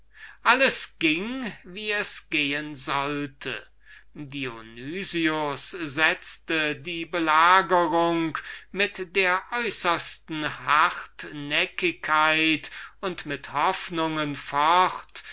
alles ging wie es gehen sollte dionys setzte die belagerung mit der äußersten hartnäckigkeit und mit hoffnungen fort